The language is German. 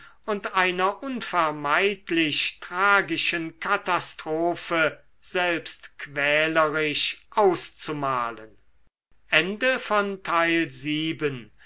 und einer unvermeidlich tragischen katastrophe selbstquälerisch auszumalen